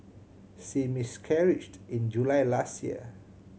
she miscarried in July last year